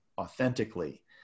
authentically